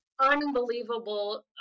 unbelievable